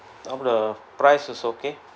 how the price is okay